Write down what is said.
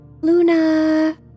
Luna